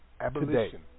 Abolition